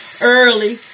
early